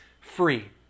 free